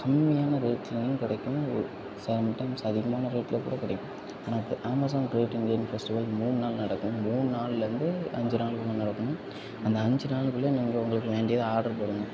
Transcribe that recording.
கம்மியான ரேட்லையும் கிடைக்கும் ஒரு சம் டைம்ஸ் அதிகமான ரேட்ல கூட கிடைக்கும் ஆனால் இப்போ அமேசான் க்ரேட் இண்டியன் ஃபெஸ்டிவல் மூண் நாள் நடக்கும் மூண் நாள்லருந்து அஞ்சு நாள் போல் நடக்கும் அந்த அஞ்சி நாளுக்குள்ளே நீங்கள் உங்களுக்கு வேண்டியதை ஆர்டர் போடுங்கள்